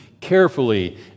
carefully